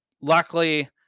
Luckily